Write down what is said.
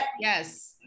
yes